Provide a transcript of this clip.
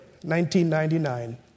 1999